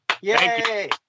Yay